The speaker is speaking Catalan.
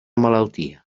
malaltia